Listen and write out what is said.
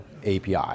API